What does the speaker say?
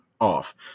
off